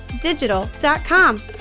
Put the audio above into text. digital.com